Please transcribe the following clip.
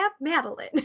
Madeline